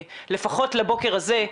לפחות לבוקר הזה,